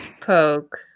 poke